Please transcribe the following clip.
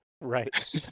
Right